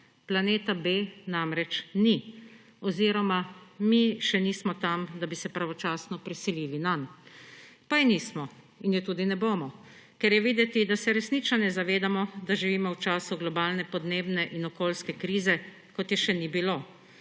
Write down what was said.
Planeta B namreč ni oziroma mi še nismo tam, da bi se pravočasno preselili nanj. Pa je nismo in je tudi ne bomo, ker je videti, da se resnično ne zavedamo, da živimo v času globalne podnebne in okoljske krize, kot je še ni bilo.